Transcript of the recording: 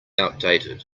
outdated